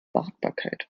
wartbarkeit